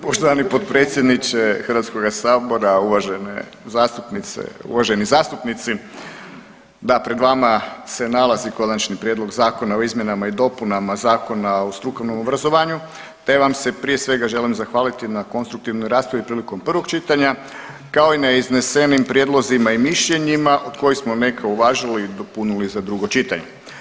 Poštovani potpredsjedniče Hrvatskoga sabora, uvažene zastupnice, uvaženi zastupnici, da pred vama se nalazi Konačni prijedlog Zakona o izmjenama i dopunama Zakona o strukovnom obrazovanju te vam se prije svega želim zahvaliti na konstruktivnoj raspravi prilikom prvog čitanja kao i na iznesenim prijedlozima i mišljenjima od kojih smo neke uvažili i dopunili za drugo čitanje.